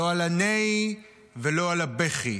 לא על הנהי ולא על הבכי,